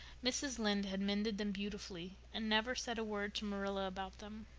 mrs. lynde had mended them beautifully and never said a word to marilla about them.